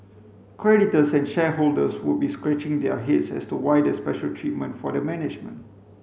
creditors and shareholders would be scratching their heads as to why the special treatment for the management